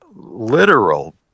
literal